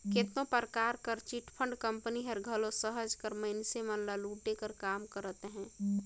केतनो परकार कर चिटफंड कंपनी हर घलो सहज कर मइनसे मन ल लूटे कर काम करत अहे